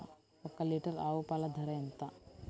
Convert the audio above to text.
ఒక్క లీటర్ ఆవు పాల ధర ఎంత?